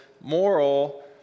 moral